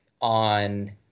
on